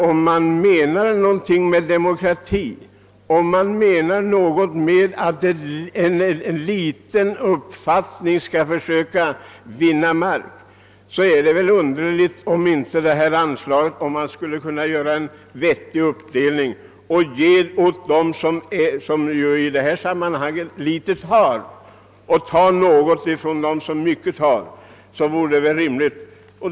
Om man menar någonting med talet om demokrati, om man anser att även en liten opinion har rätt att försöka vinna terräng, är det väl underligt om man inte skulle kunna åstadkomma en vettig uppdelning av detta anslag och ge åt dem som litet har och ta något från dem som mycket har.